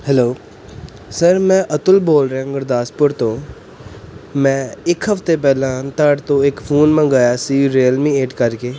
hello sir ਮੈਂ ਅਤੁਲ ਬੋਲ ਰਿਹਾ ਗੁਰਦਾਸਪੁਰ ਤੋਂ ਮੈਂ ਇੱਕ ਹਫ਼ਤੇ ਪਹਿਲਾਂ ਤੁਹਾਡੇ ਤੋਂ ਇੱਕ ਫੋਨ ਮੰਗਵਾਇਆ ਸੀ ਰੀਅਲਮੀ ਏਟ ਕਰਕੇ